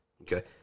Okay